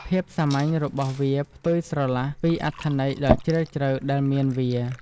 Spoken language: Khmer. ភាពសាមញ្ញរបស់វាផ្ទុយស្រឡះពីអត្ថន័យដ៏ជ្រាលជ្រៅដែលវាមាន។